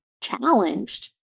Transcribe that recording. challenged